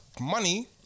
money